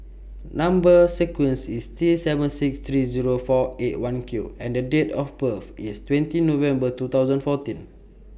Number sequence IS T seven six three Zero four eight one Q and Date of birth IS twenty November two thousand fourteen